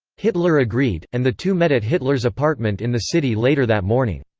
hitler agreed, and the two met at hitler's apartment in the city later that morning.